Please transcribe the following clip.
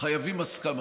חייבים הסכמה.